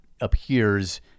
appears